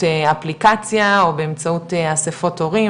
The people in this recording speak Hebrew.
אפליקציה או באמצעות אסיפות הורים,